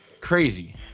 Crazy